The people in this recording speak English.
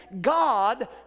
God